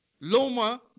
Loma